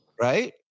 Right